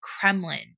Kremlin